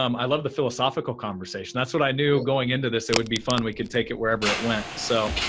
um i love the philosophical conversation. that's what i do going into this. it would be fun. we can take it wherever it went. so,